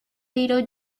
little